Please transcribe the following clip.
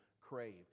crave